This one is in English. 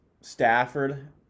Stafford